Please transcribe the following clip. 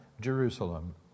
Jerusalem